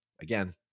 again